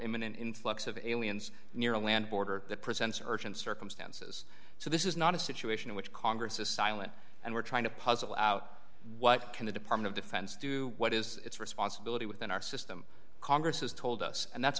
imminent influx of aliens near a land border that presents urgent circumstances so this is not a situation in which congress is silent and we're trying to puzzle out what can the department of defense do what is its responsibility within our system congress has told us and that's